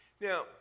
Now